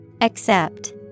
Accept